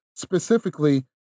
specifically